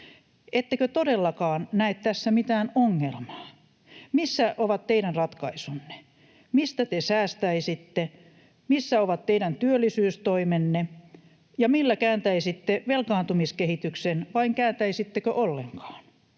Ettekö todellakaan näe tässä mitään ongelmaa? Missä ovat teidän ratkaisunne? Mistä te säästäisitte? Missä ovat teidän työllisyystoimenne, ja millä kääntäisitte velkaantumiskehityksen, vai kääntäisittekö ollenkaan?